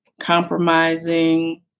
compromising